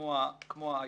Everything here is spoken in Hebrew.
כמו ה-ICC.